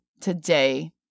today